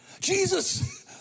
Jesus